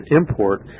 import